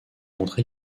montré